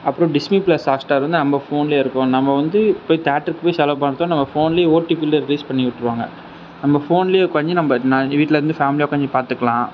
அப்பறம் Disney plus Hotstar வந்து நம்ம ஃபோன்லேயே இருக்கும் நம்ம இப்போ போய் தேயேட்டர்க்கு போய் செலவு பண்ணட்டு நம்ம ஃபோன்லேயே ஓடிபில் பண்ணி விட்டுருவாங்க நம்ம ஃபோன்லேயே உக்காஞ்சி நம்ம வீட்டில் இருந்து ஃபேமிலியாக உக்காஞ்சி பார்த்துக்குலாம்